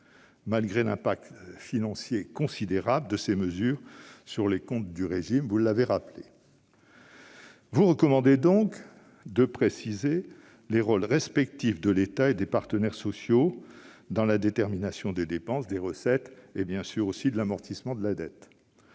malgré l'impact financier considérable de ces mesures sur les comptes du régime. Par conséquent, vous recommandez de préciser les rôles respectifs de l'État et des partenaires sociaux dans la détermination des dépenses, des recettes et, bien sûr, de l'amortissement de la dette.